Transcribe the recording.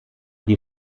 die